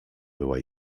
była